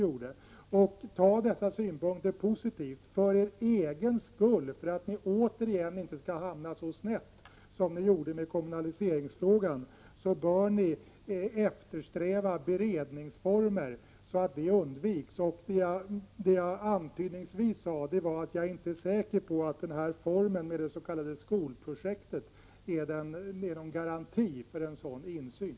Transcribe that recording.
För er egen skull bör ni ta till er dessa synpunkter i en positiv anda för att ni inte återigen skall hamna så snett som ni gjorde med kommunaliseringsfrågan. Ni bör eftersträva beredningsformer för att detta skall undvikas. Jag sade antydningsvis att jag inte är säker på att den här formen för det s.k. skolprojektet ger någon garanti för en sådan insyn.